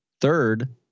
Third